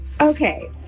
Okay